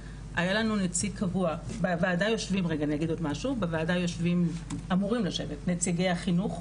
היה לנו נציג קבוע בוועדה יושבים אמורים לשבת נציגי החינוך,